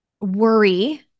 worry